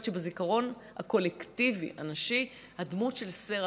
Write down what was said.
שבזיכרון הקולקטיבי הנשי הדמות של שרח,